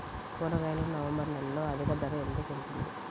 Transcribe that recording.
కూరగాయలు నవంబర్ నెలలో అధిక ధర ఎందుకు ఉంటుంది?